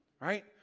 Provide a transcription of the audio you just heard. right